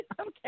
okay